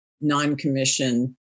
non-commission